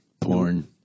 Porn